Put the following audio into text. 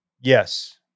Yes